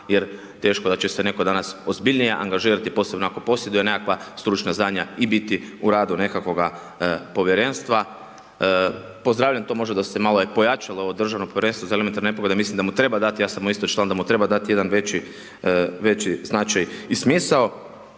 jer teško da će se netko danas ozbiljnije angažirati, posebno ako posjeduje nekakva stručna znanja i biti u radu nekakvoga Povjernstva. Pozdravljam to možda da se malo i pojačalo ovo državno Povjerenstvo za elementarne nepogode, mislim da mu treba dati, ja sam mu isto član, da mu treba dati jedan veći značaj i smisao.